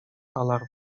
alarm